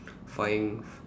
find